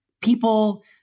people